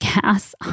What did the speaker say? gas